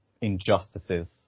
injustices